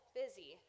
busy